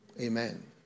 Amen